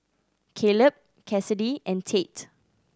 Kaleb Cassidy and Tate